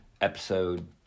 episode